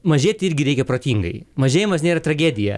mažėti irgi reikia protingai mažėjimas nėra tragedija